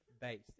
based